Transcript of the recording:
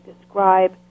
describe